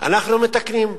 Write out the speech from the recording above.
אנחנו מתקנים.